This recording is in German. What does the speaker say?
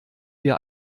wir